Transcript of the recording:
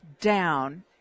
down